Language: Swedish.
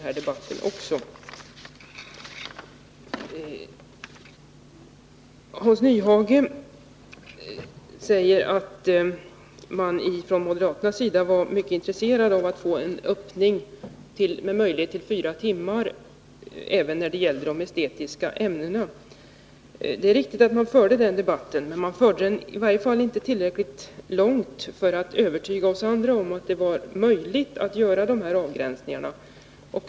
Hans Nyhage säger att man från moderaternas sida var mycket intresserad av att få en öppning med möjlighet till 4-timmarssammankomster även då det gällde de estetiska ämnena. Det är riktigt att moderaterna förde den debatten, men de förde den inte tillräckligt långt för att övertyga oss andra om att det var möjligt att göra de här avgränsningarna.